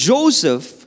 Joseph